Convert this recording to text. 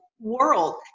world